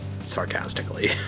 sarcastically